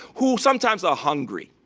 who sometimes are hungry.